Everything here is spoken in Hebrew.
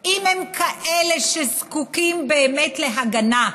אם הם כאלה שזקוקים באמת להגנה,